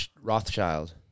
Rothschild